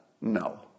No